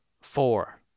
four